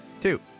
Two